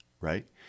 Right